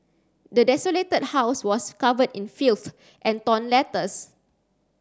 the desolated house was covered in filth and torn letters